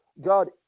God